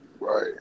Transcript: Right